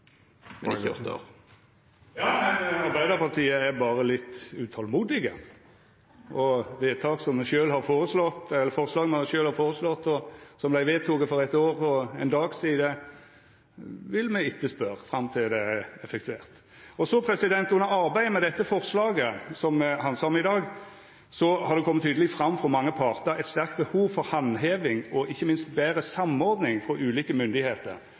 og ikke åtte år. Arbeidarpartiet er berre litt utolmodig. Forslaget me sjølve har føreslått, og som vart vedteke for eitt år og éin dag sidan, vil me etterspørja fram til det er effektuert. Under arbeidet med dette forslaget som me handsamar i dag, har det kome tydeleg fram frå mange partar eit sterkt behov for handheving og ikkje minst betre samordning frå ulike myndigheiter